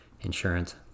insurance